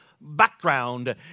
background